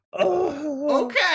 Okay